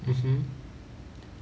mmhmm